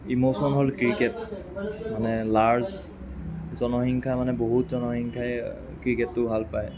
emotion হ'ল cricket মানে large জনসংখ্যা মানে বহুত জনসংখ্যাই ক্ৰিকেটটো ভাল পায়